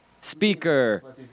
speaker